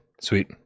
Sweet